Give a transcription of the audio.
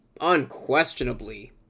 unquestionably